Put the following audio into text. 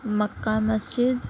مکہ مسجد